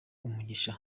umugisha